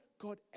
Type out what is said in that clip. God